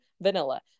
vanilla